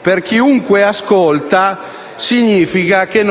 per chiunque ascolta ciò significa che